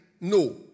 No